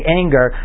anger